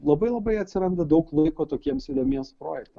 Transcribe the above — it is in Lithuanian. labai labai atsiranda daug laiko tokiems įdomiems projektam